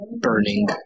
burning